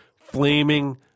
flaming